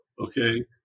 okay